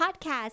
podcast